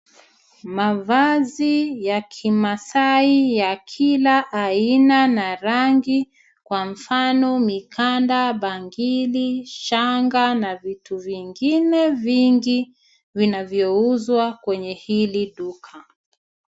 Mavazi ya kimaasai ya kila aina na rangi kwa mfano mikanda, bangili, shanga na vitu vingine vingi vinavyouzwa kwenye hili duka.